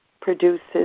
produces